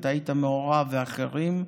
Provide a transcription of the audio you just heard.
אתה היית מעורב, ואחרים.